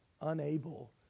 unable